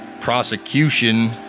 prosecution